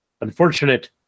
unfortunate